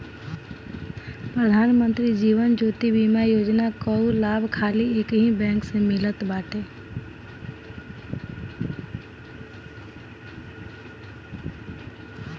प्रधान मंत्री जीवन ज्योति बीमा योजना कअ लाभ खाली एकही बैंक से मिलत बाटे